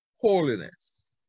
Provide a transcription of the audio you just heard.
holiness